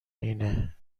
اینه